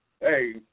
Hey